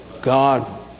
God